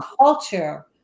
culture